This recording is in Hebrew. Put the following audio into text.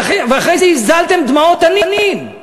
ואחרי זה הזלתם דמעות תנין.